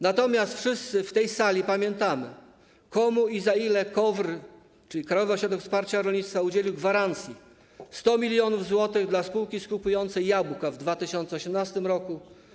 Natomiast wszyscy w tej sali pamiętamy, komu i za ile KOWR, czyli Krajowy Ośrodek Wsparcia Rolnictwa, udzielił gwarancji - 100 mln zł dla spółki skupującej jabłka w 2018 r.